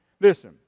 Listen